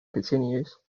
continues